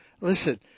Listen